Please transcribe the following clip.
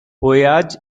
voyage